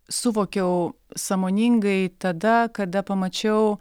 suvokiau sąmoningai tada kada pamačiau